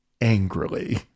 angrily